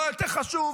זה לא יותר חשוב?